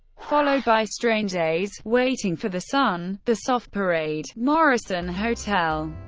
followed by strange days, waiting for the sun, the soft parade, morrison hotel,